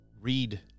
read